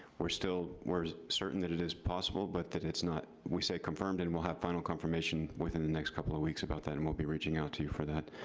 we're still, we're certain that it is possible but that it's not, we say confirmed, and we'll have final confirmation within the next couple of weeks about that, and we'll be reaching out to you for that.